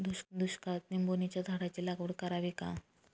दुष्काळात निंबोणीच्या झाडाची लागवड करावी का?